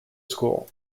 school